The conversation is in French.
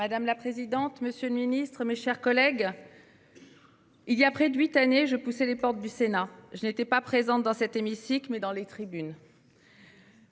Madame la présidente, monsieur le ministre, mes chers collègues, il y a près de huit années, je poussais les portes du Sénat ; j'étais alors présente non pas dans cet hémicycle, mais dans les tribunes.